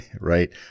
Right